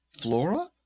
Flora